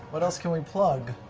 what else can we plug?